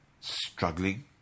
struggling